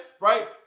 right